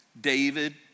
David